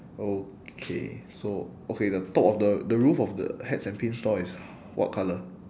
okay so okay the top of the the roof of the hats and pins store is what colour